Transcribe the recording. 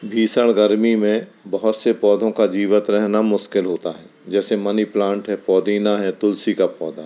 भीषण गर्मी में बहुत से पौधों का जीवित रहना मुश्किल होता है जैसे मनी प्लांट है पुदीना है तुलसी का पौधा